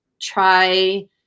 try